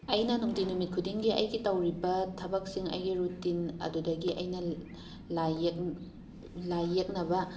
ꯑꯩꯅ ꯅꯨꯡꯇꯤ ꯅꯨꯃꯤꯠ ꯈꯨꯗꯤꯡꯒꯤ ꯑꯩꯒꯤ ꯇꯧꯔꯤꯕ ꯊꯕꯛꯁꯤꯡ ꯑꯩꯒꯤ ꯔꯨꯇꯤꯟ ꯑꯗꯨꯗꯒꯤ ꯑꯩꯅ ꯂꯥꯏ ꯌꯦꯛ ꯂꯥꯏ ꯌꯦꯛꯅꯕ